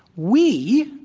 we